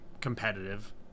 competitive